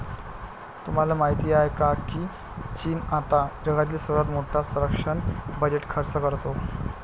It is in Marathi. तुम्हाला माहिती आहे का की चीन आता जगातील सर्वात मोठा संरक्षण बजेट खर्च करतो?